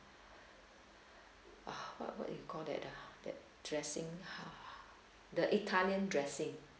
ah what would you call that ah that dressing ha the italian dressing